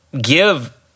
give